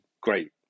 great